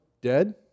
dead